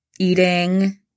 eating